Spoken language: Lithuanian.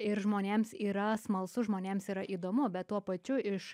ir žmonėms yra smalsu žmonėms yra įdomu bet tuo pačiu iš